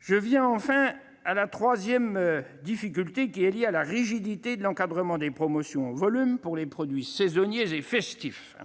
J'en viens, enfin, à la troisième difficulté qui est liée à la rigidité de l'encadrement des promotions en volume pour les produits saisonniers et festifs.